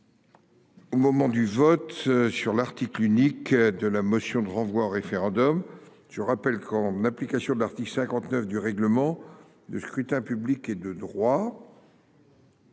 Au moment du vote sur l'article unique de la motion de renvoi au référendum. Je rappelle qu'en application de l'article 59 du règlement de scrutin public et de droit.